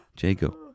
Jago